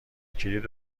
کلید